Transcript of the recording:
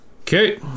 Okay